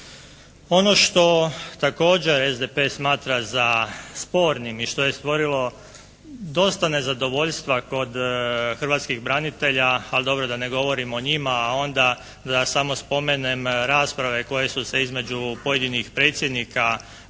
Ono što također SDP smatra za spornim i što je stvorilo dosta nezadovoljstva kod hrvatskih branitelja, ali dobro da ne govorim o njima, onda da samo spomenem rasprave koje su se između pojedinih predsjednika